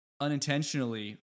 unintentionally